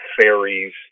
fairies